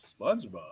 SpongeBob